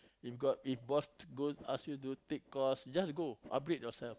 if got if boss go ask you do take course just go upgrade yourself